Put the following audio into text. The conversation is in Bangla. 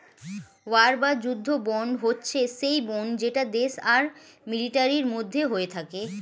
ওয়ার বা যুদ্ধ বন্ড হচ্ছে সেই বন্ড যেটা দেশ আর মিলিটারির মধ্যে হয়ে থাকে